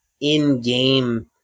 in-game